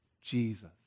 Jesus